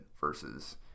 versus –